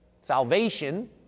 Salvation